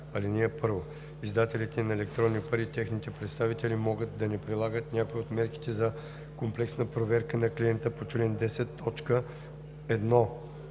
така: „(1) Издателите на електронни пари и техните представители могат да не прилагат някои от мерките за комплексна проверка на клиента по чл. 10,